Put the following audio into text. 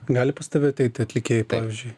gali pas tave ateiti atlikėjai pavyzdžiui